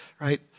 right